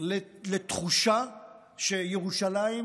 לתחושה שירושלים,